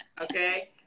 Okay